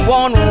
one